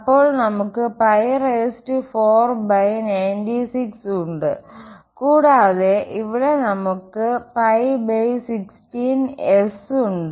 അപ്പോൾ നമുക്ക് 496ഉണ്ട് കൂടാതെ ഇവിടെ നമുക്ക് 15 16 S ഉണ്ട്